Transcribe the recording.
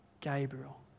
Gabriel